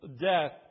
death